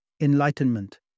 Enlightenment